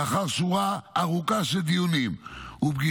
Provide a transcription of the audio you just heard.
לאחר שורה ארוכה של דיונים ופגישות,